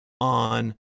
on